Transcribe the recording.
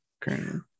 currently